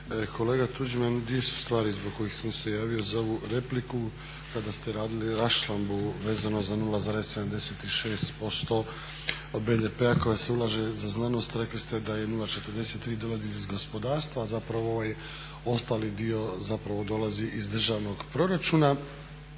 Kolega Tuđman, dvije su stvari zbog kojih sam se javio za ovu repliku, kada ste radili raščlambu vezano za 0,76% BDP-a koja se ulaže za znanost. Rekli ste da 0,43 dolazi iz gospodarstva, a ovaj ostali dio dolazi iz državnog proračuna.